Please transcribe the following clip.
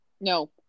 No